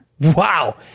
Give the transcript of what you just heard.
Wow